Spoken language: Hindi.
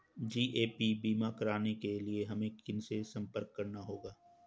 जी.ए.पी बीमा कराने के लिए हमें किनसे संपर्क करना होगा?